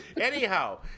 Anyhow